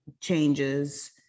changes